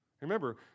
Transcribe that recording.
Remember